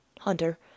hunter